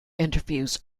interviews